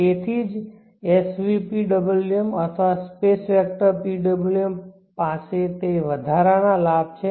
તેથી તેથી જ SVPWM અથવા સ્પેસ વેક્ટર PWM પાસે તે વધારાના લાભ છે